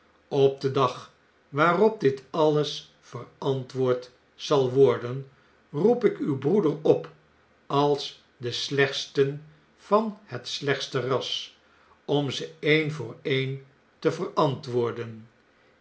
op den dag waarop dit alles verantwoord zal worden roep ik uw broeder op als den slechtsten van het slechtste ras om ze een voor een te verantwoorden